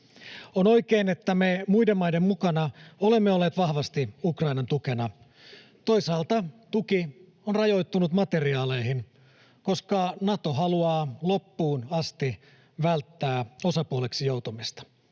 On oikein, että me muiden maiden mukana olemme olleet vahvasti Ukrainan tukena. Toisaalta tuki on rajoittunut materiaaleihin, koska Nato haluaa loppuun asti välttää osapuoleksi joutumista.